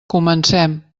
comencem